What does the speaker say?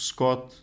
Scott